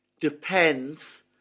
depends